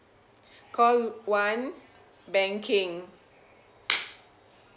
call one banking